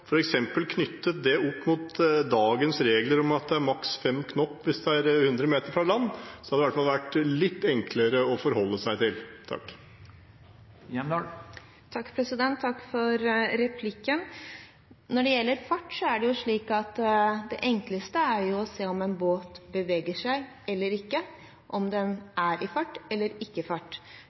å knytte det opp mot dagens regler om at det er maks 5 knop hvis det er 100 meter fra land, så hadde det i hvert fall vært litt enklere å forholde seg til? Takk for replikken. Når det gjelder fart, er det slik at det enkleste er jo å se om en båt beveger seg eller ikke, om den er i fart eller ikke i fart.